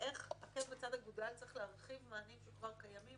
איך עקב בצד אגודל צריך להרחיב מענים שכבר קיימים